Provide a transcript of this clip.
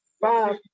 five